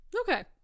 Okay